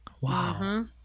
Wow